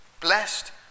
blessed